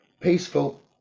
Peaceful